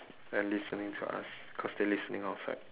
and listening to us cause they listening outside